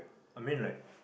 I mean like